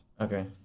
Okay